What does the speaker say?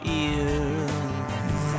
ears